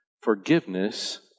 Forgiveness